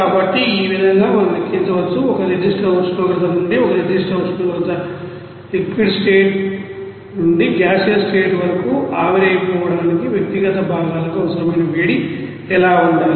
కాబట్టి ఈ విధంగా మనం లెక్కించవచ్చు ఒక నిర్దిష్ట ఉష్ణోగ్రత నుండి ఒక నిర్దిష్ట ఉష్ణోగ్రత నుండి లిక్విడ్ స్టేట్ నుండి గాసీయోస్ స్టేట్ వరకు ఆవిరైపోవడానికి వ్యక్తిగత భాగాలకు అవసరమైన వేడి ఎలా ఉండాలి